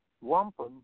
wampum